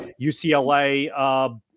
UCLA